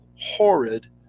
horrid